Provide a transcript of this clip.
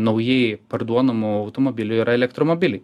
naujai parduodamų automobilių yra elektromobiliai